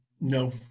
No